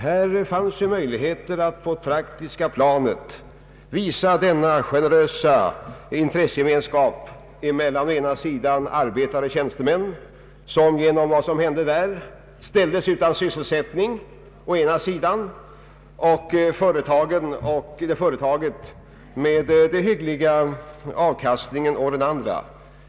Där fanns möjligheter att på det praktiska planet visa denna generösa intressegemenskap mellan å ena sidan arbetare och tjänstemän, som genom vad som hände ställdes utan sysselsättning, och å andra sidan företaget med den goda utdelningen på aktierna. Men därav blev intet.